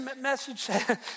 message